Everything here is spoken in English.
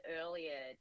earlier